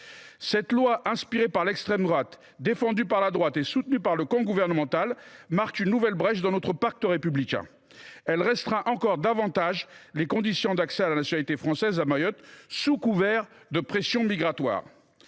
Ce texte, inspiré par l’extrême droite, défendu par la droite et soutenu par le camp gouvernemental ouvre une nouvelle brèche dans notre pacte républicain. Il restreint encore davantage les conditions d’accès à la nationalité française à Mayotte, sous couvert de pression migratoire.